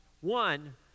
One